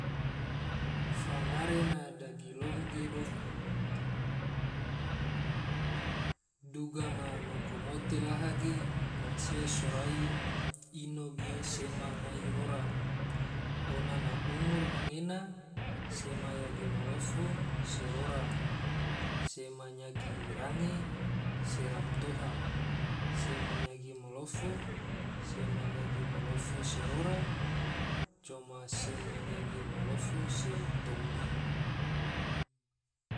Fangare na dagilom ge dofu, duga maku mote laha ge, mansia sorai ino ge sema ngai rora, ona na umur anggena, sema nyagi malofo se rora, sema nyagi range se romtoha, sema nyagi malofo, sema nyagi malofo se rora, coma sema nyagi malofo se tomdi